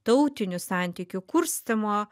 tautinių santykių kurstymo